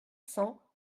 cents